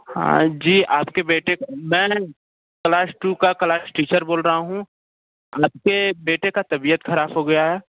हाँ जी आपके बेटे को मैं क्लास टू का क्लास टीचर बोल रहा हूँ आपके बेटे का तबियत खराब हो गया है